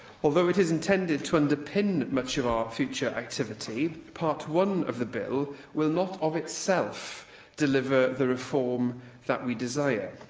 although it is intended to underpin much of our future activity, part one of the bill will not of itself deliver the reform that we desire.